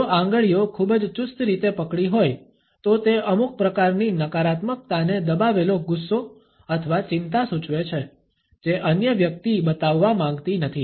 જો આંગળીઓ ખૂબ જ ચુસ્ત રીતે પકડી હોય તો તે અમુક પ્રકારની નકારાત્મકતાને દબાવેલો ગુસ્સો અથવા ચિંતા સૂચવે છે જે અન્ય વ્યક્તિ બતાવવા માંગતી નથી